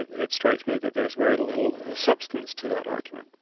it it strikes me that there's very little substance to that argument.